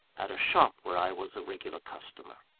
at a shop where i was a regular customer.